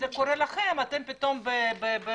כשזה קורה לכם, אתם פתאום מתעוררים.